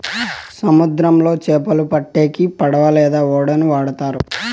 సముద్రంలో చాపలు పట్టేకి పడవ లేదా ఓడలను వాడుతారు